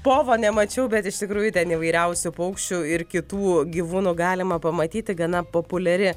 povo nemačiau bet iš tikrųjų ten įvairiausių paukščių ir kitų gyvūnų galima pamatyti gana populiari